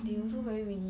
mm